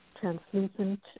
translucent